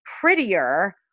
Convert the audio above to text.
prettier